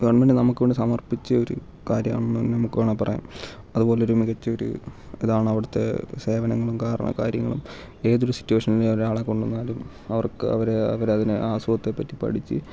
government നമുക്ക് വേണ്ടി സമർപ്പിച്ചൊരു കാര്യമാണെന്ന് തന്നെ നമുക്ക് വേണേ പറയാം അത് പോലൊരു മികച്ചൊരു ഇതാണ് അവിടുത്തെ സേവനങ്ങളും കാരണ കാര്യങ്ങളും ഏതൊരു സിറ്റുവേഷനിലും ഒരാളെ കൊണ്ട് വന്നാലും അവർക്ക് അവർ അവരതിനെ ആ അസുഖത്തെ പറ്റി പഠിച്ച്